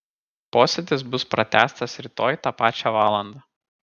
posėdis bus pratęstas rytoj tą pačią valandą